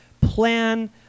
plan